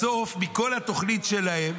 בסוף מכל התוכנית שלהם